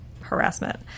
harassment